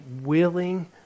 willing